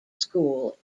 school